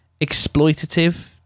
exploitative